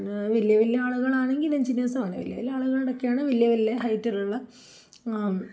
പിന്നെ വലിയ വലിയ ആളുകളാണെങ്കിലെഞ്ചിനിയേഴ്സ് വലിയ വലിയ ആളുകളൊക്കെയാണ് വലിയ വലിയ ഹൈറ്റുള്ള